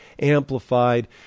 Amplified